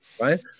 right